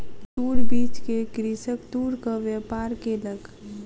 तूर बीछ के कृषक तूरक व्यापार केलक